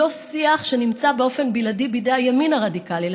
הוא לא שיח שנמצא באופן בלעדי בימין הרדיקלי.